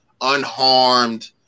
unharmed